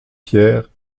pierre